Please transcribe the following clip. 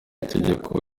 itegeko